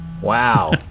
Wow